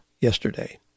yesterday